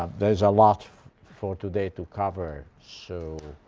um there is a lot for today to cover. so